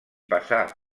passà